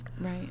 right